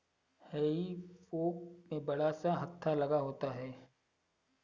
हेई फोक में बड़ा सा हत्था लगा होता है